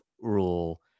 rule